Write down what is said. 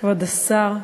כבוד השר,